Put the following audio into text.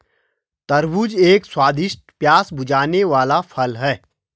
तरबूज एक स्वादिष्ट, प्यास बुझाने वाला फल है